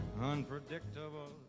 Unpredictable